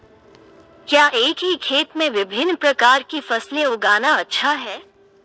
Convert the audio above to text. क्या एक ही खेत में विभिन्न प्रकार की फसलें उगाना अच्छा है?